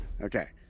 Okay